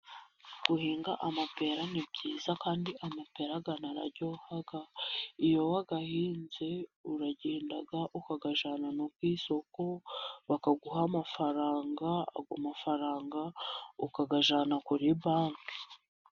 Guhinga amapera ni byiza ,kandi amapera anararyoha , iyo wayahinze uragenda ukayajyana ku isoko bakaguha amafaranga ,ayo mafaranga ukayajyana kuri banki.